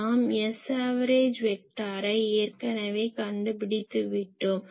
நாம் Saverage வெக்டாரை ஏற்கனவே கண்டுபிடித்துவிட்டோம்